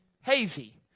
hazy